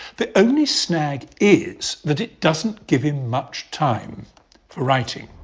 the only snag is that it doesn't give him much time for writing.